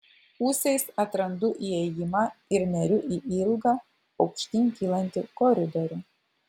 ūsais atrandu įėjimą ir neriu į ilgą aukštyn kylantį koridorių